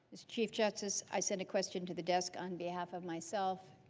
chief justice i sent a question to the desk on behalf of myself,